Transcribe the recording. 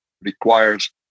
requires